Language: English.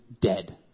dead